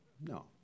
No